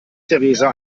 theresa